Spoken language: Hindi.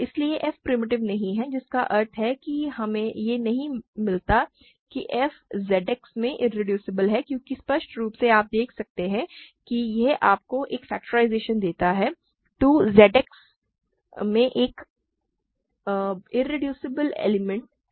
इसलिए f प्रिमिटिव नहीं है जिसका अर्थ है कि हमें यह नहीं मिलता है कि f ZX में इरेड्यूसिबल है क्योंकि स्पष्ट रूप से आप देख सकते हैं कि यह आपको एक फ़ैक्टराइज़ेशन देता है 2 Z X में एक इरेड्यूसिबल एलिमेंट है